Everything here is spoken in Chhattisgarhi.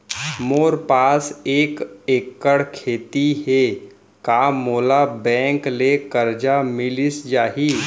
मोर पास एक एक्कड़ खेती हे का मोला बैंक ले करजा मिलिस जाही?